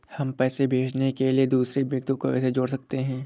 हम पैसे भेजने के लिए दूसरे व्यक्ति को कैसे जोड़ सकते हैं?